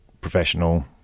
professional